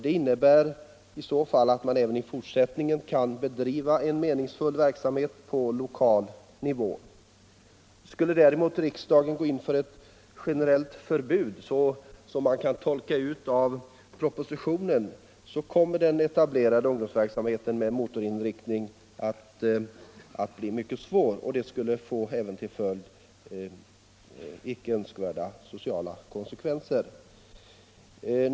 Det innebär i så fall att man även i fortsättningen kan bedriva en meningsfull verksamhet på lokal nivå. Skulle riksdagen däremot gå in för ett sådant generellt förbud som kan tolkas ut av propositionen, kommer den etablerade ungdomsverksamheten med motorinriktning att få mycket stora svårigheter. Det skulle även få icke önskvärda sociala konsekvenser.